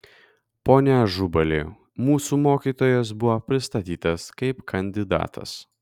pone ažubali mūsų mokytojas buvo pristatytas kaip kandidatas